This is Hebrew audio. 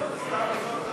זה סתם עושה אותך